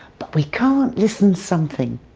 but we can't listen something.